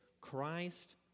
Christ